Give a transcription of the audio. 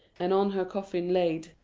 and on her coffin laid.